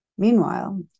Meanwhile